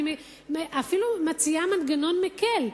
אני אפילו מציעה מנגנון מקל,